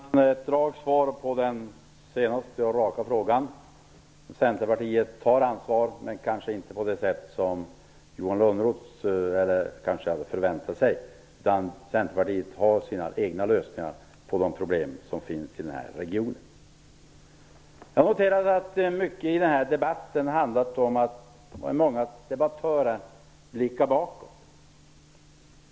Fru talman! Jag har ett rakt svar på den senaste raka frågan. Centerpartiet tar ansvar, men kanske inte på det sätt som Johan Lönnroth kanske hade förväntat sig. Centerpartiet har sina egna lösningar på de problem som finns i denna region. Jag har noterat att mycket i denna debatt har handlat om att många debattörer blickat bakåt.